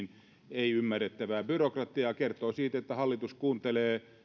ei ymmärrettävää byrokratiaa se kertoo siitä että hallitus kuuntelee mitä